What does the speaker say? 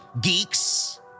geeks